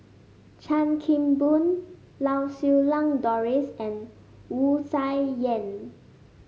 Chan Kim Boon Lau Siew Lang Doris and Wu Tsai Yen